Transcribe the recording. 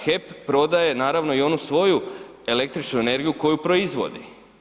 HEP prodaje naravno i onu svoju električnu energiju koju proizvodi.